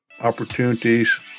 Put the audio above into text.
opportunities